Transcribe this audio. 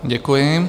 Děkuji.